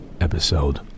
Episode